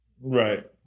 Right